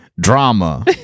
Drama